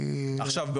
עכשיו,